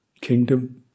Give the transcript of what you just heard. kingdom